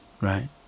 right